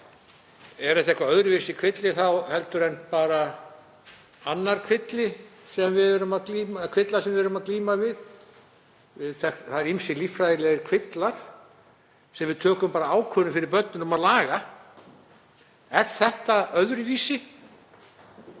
Er þetta þá einhver öðruvísi kvilli en bara aðrir kvillar sem við erum að glíma við? Það eru ýmsir líffræðilegir kvillar sem við tökum bara ákvörðun fyrir börnin um að laga. Er þetta öðruvísi